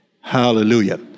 Hallelujah